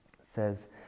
says